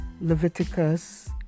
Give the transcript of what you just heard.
Leviticus